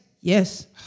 Yes